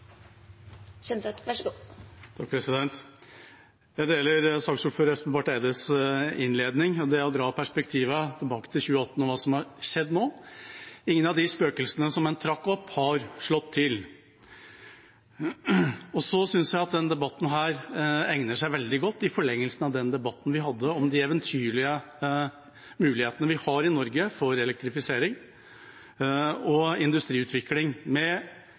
Jeg deler saksordfører Barth Eides innledning om det å dra perspektivene tilbake til 2018 og hva som har skjedd nå. Ingen av de spøkelsene som en trakk opp, har slått til. Jeg synes at denne debatten egner seg veldig godt i forlengelsen av den debatten vi hadde om de eventyrlige mulighetene vi har i Norge for elektrifisering og industriutvikling, med